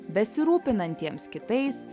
besirūpinantiems kitais